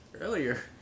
earlier